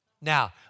Now